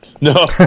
No